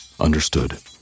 Understood